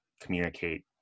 communicate